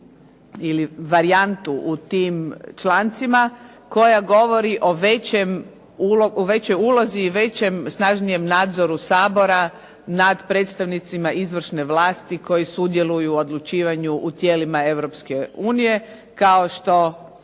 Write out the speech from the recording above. ili varijantu u tim člancima koja govori o većoj ulozi i većem, snažnijem nadzoru Sabora nad predstavnicima izvršne vlasti koji sudjeluju u odlučivanju u tijelima EU kao što